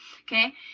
okay